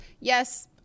Yes